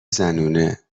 زنونه